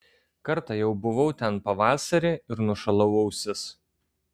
kartą jau buvau ten pavasarį ir nušalau ausis